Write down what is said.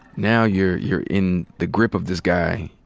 now you're you're in the grip of this guy.